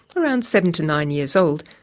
around seven to nine years old,